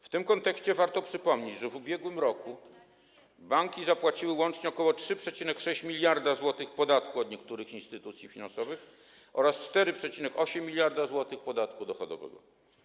W tym kontekście warto przypomnieć, że w ubiegłym roku banki zapłaciły łącznie ok. 3,6 mld zł podatku od niektórych instytucji finansowych oraz 4,8 mld zł podatku dochodowego.